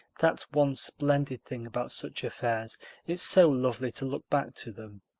that's one splendid thing about such affairs it's so lovely to look back to them.